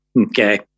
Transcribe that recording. okay